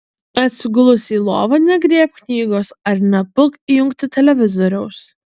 atsigulusi į lovą negriebk knygos ar nepulk jungti televizoriaus